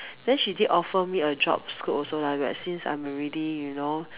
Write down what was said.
then she did offer me a job scope also lah but since I'm already you know